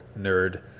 nerd